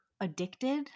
addicted